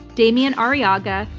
demian arriaga,